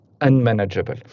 unmanageable